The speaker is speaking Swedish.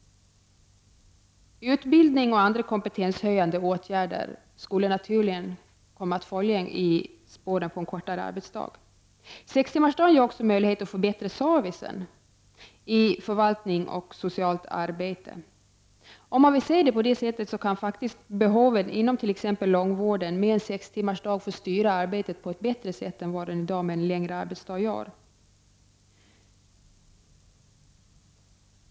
Utbildning och andra kompetenshöjande åtgärder skulle följa i spåren av en kortare arbetsdag. Sextimmarsdagen ger också möjligheter att förbättra servicen i förvaltning och socialt arbete. Om man ser det så, kan faktiskt behoven inom t.ex. långvården, med sex timmars arbetsdag, kunna styras bättre än vad det går med den i dag längre arbetsdagen.